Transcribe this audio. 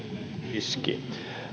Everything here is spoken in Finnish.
riski